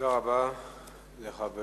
תודה רבה לשר.